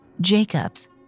Jacobs